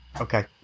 Okay